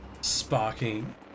sparking